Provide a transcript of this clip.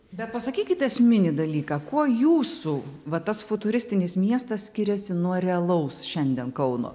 bet pasakykit esminį dalyką kuo jūsų va tas futuristinis miestas skiriasi nuo realaus šiandien kauno